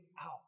out